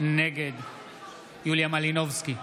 נגד יוליה מלינובסקי,